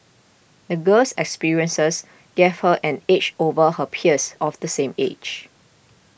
the girl's experiences gave her an edge over her peers of the same age